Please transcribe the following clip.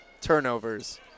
Turnovers